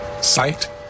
sight